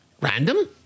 Random